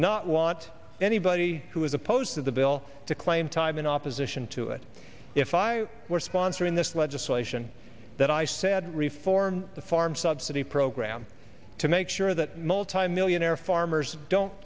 not want anybody who was opposed to the bill to claim time in opposition to it if i were sponsoring this legislation that i said reform the farm subsidy program to make sure that multimillionaire farmers don't